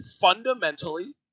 fundamentally